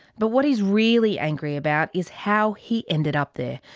but what he's really angry about is how he ended up there.